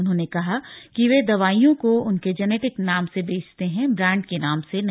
उन्होंने कहा कि वे दवाइयों को उनके जेनेटिक नाम से बेचते हैं ब्रांड के नाम से नहीं